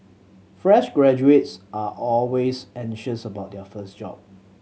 fresh graduates are always anxious about their first job